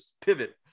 pivot